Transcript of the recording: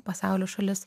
pasaulio šalis